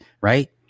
right